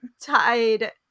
tied